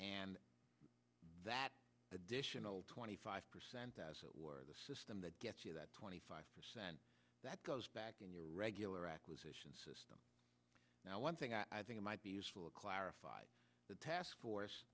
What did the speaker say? and that additional twenty five percent as it were the system that gets you that twenty five percent that goes back in your regular acquisition system now one thing i think might be useful to clarify the task force